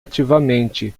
ativamente